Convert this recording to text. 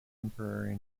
temporary